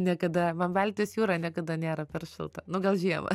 niekada man baltijos jūra niekada nėra per šalta nu gal žiemą